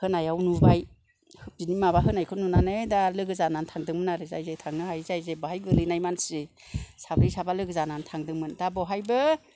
होनायाव नुबाय बिनि माबा होनायखौ नुनानै दा लोगो जानानै थांदोंमोन आरो जाय जाय थांनो हायै जाय जाय बाहाय गोलैनाय मानसि साब्रै साबा लोगो जानानै थांदोंमोन दा बहायबो